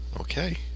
Okay